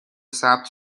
ثبت